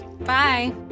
Bye